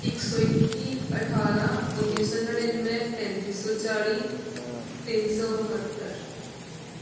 ਇੱਕ ਸੌ ਇੱਕੀ ਅਠਾਰ੍ਹਾਂ ਉੱਨੀ ਸੌ ਨੜਿਨਵੇਂ ਪੈਂਤੀ ਸੌ ਚਾਲ੍ਹੀ ਤਿੰਨ ਸੌ ਬਹੱਤਰ